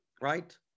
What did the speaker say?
Right